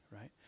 right